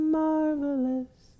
marvelous